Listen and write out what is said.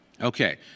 Okay